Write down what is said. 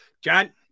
John